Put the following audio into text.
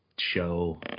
show